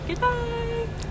Goodbye